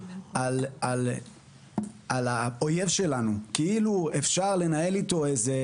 על האויב שלנו כאילו אפשר לנהל איתו איזה